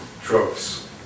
tropes